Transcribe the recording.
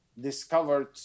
discovered